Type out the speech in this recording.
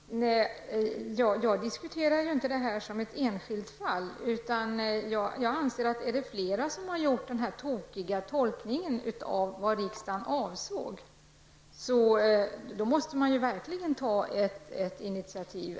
Herr talman! Jag diskuterar inte det här som ett enskilt fall. Jag anser att om det är flera som har gjort den här tokiga tolkningen av vad riksdagen avsåg måste man verkligen ta ett initiativ.